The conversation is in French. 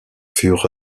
furent